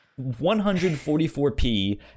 144p